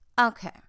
Okay